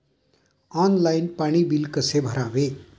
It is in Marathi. ऑनलाइन पाणी बिल कसे भरावे?